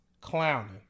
clowning